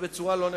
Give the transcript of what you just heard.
בצורה לא נכונה.